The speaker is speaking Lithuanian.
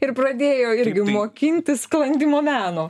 ir pradėjo irgi mokintis sklandymo meno